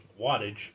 wattage